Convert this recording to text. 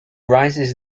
rises